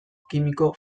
kimiko